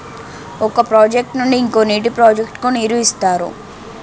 ఒక ప్రాజెక్ట్ నుండి ఇంకో నీటి ప్రాజెక్ట్ కు నీరు ఇస్తారు